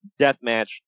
deathmatch